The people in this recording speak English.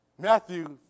Matthew